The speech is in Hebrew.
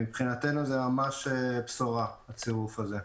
מבחינתנו, זו ממש בשורה, הצירוף הזה.